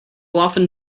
often